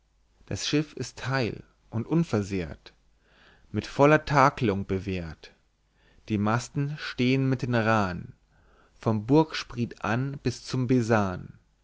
das schiff ist heil und unversehrt mit voller takelung bewehrt die masten stehen mit den raa'n vom bugspriet an bis zum